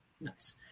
nice